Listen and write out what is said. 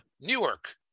Newark